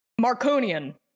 Marconian